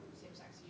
same-sex